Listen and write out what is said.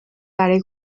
برای